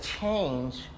change